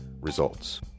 Results